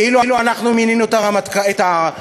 כאילו אנחנו מינינו את הרמטכ"ל,